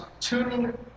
tuning